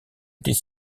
était